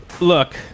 Look